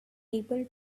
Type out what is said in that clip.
able